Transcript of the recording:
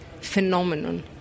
phenomenon